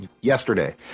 yesterday